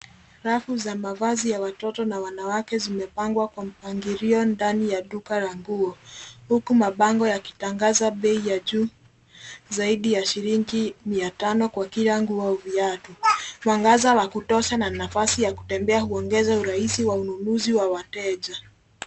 Rafu za mavazi ya watoto na wanawake zimepangwa kwa mpangilio ndani ya duka la nguo, huku mabango yakitangaza bei ya juu zaidi ya shilingi 500 kwa kila nguo au viatu. Mwangaza wa kutosha na nafasi ya kutembea huongeza urahisi wa ununuzi wa wateja.